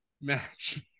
match